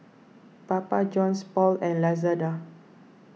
Papa Johns Paul and Lazada